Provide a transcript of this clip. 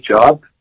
job